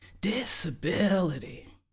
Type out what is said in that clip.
disability